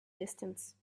distance